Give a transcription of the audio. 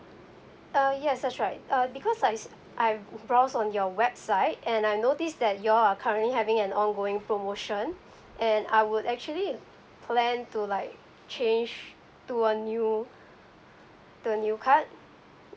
uh yes that's right uh because I s~ I've browse on your website and I noticed that you all are currently having an ongoing promotion and I would actually plan to like change to a new to a new card